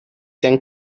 then